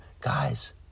guys